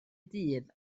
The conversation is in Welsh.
dydd